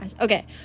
Okay